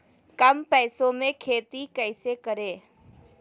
कम पैसों में खेती कैसे करें?